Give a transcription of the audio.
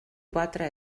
quatre